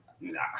Nah